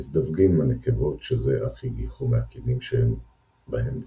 מזדווגים עם הנקבות שזה אך הגיחו מהקנים שבהם בקעו,